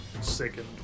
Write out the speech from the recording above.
sickened